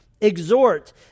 exhort